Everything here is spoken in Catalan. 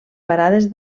parades